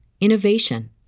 innovation